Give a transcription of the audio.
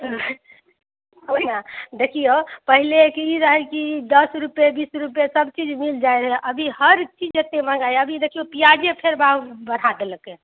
ओहिना देखिऔ पहिलेके ई रहय की दस रुपए बीस रुपए सब चीज मिल जाइ रहै अभी हर चीज एतेक महङ्गाइ अभी देखिऔ पिआजे फेर भाव बढ़ा देलकै